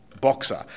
boxer